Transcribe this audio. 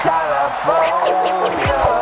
California